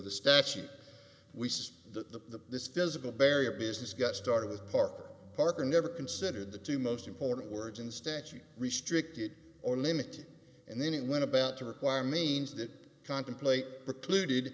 the statute we says the this physical barrier business got started with parker parker never considered the two most important words in statute restricted or limited and then he went about to require means that contemplate precluded